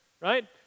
right